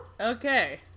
Okay